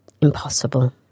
impossible